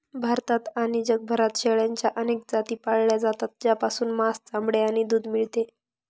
भारतात आणि जगभरात शेळ्यांच्या अनेक जाती पाळल्या जातात, ज्यापासून मांस, चामडे आणि दूध मिळते